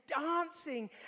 dancing